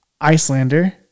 Icelander